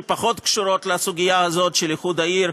שפחות קשורות לסוגיה הזאת של איחוד העיר,